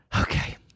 Okay